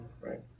right